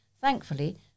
Thankfully